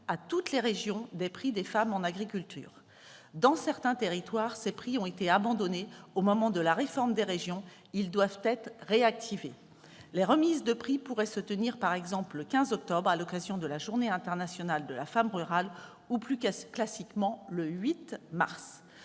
à toutes les régions des « prix des femmes en agriculture ». Dans certains territoires, ces prix ont été abandonnés au moment de la réforme des régions : ils doivent être réactivés. Les remises de prix pourraient, par exemple, se tenir le 15 octobre, à l'occasion de la Journée internationale de la femme rurale ou, plus classiquement, le 8 mars.